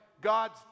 God's